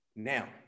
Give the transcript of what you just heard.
Now